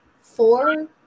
four